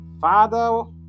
father